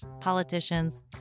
politicians